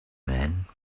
men